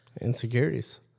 Insecurities